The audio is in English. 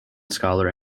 scholar